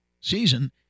season